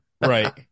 right